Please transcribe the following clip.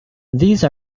these